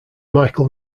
michel